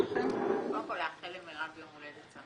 קודם כול לאחר למירב יום הולדת שמח.